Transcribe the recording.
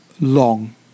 long